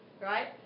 right